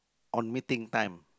on meeting time